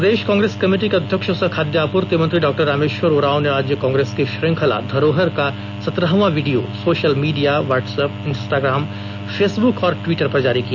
प्रदेश Congress committee के अध्यक्ष सह खाद्य आपूर्ति मंत्री डॉ रामेश्वर उरांव ने आज कांग्रेस की श्रंखला धरोहर की सत्रहवीं video social media WhatsApp Instagram Facebook और ट्विटर पर जारी किया